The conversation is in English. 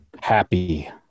happy